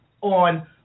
on